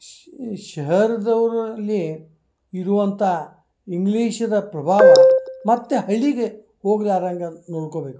ಶ ಶಹರದವರಲ್ಲಿ ಇರುವಂಥ ಇಂಗ್ಲೀಷ್ದ ಪ್ರಭಾವ ಮತ್ತು ಹಳ್ಳಿಗೆ ಹೋಗ್ಲಾರ್ದಂಗ ನೋಡ್ಕೊಳ್ಬೇಕು